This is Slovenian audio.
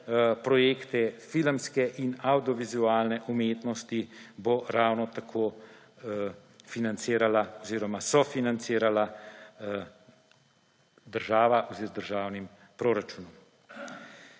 projekte filmske in avdiovizualne umetnosti bo ravno tako financirala oziroma sofinancirala država z državnim proračunom.